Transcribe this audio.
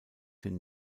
den